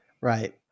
right